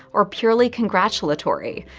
or purely congratulatory.